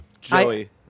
Joey